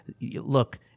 look